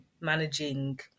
managing